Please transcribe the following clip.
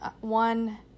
one